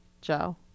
Joe